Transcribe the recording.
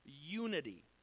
unity